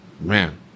Man